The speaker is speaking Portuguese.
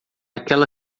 aquela